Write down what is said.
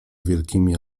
wielkimi